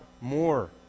more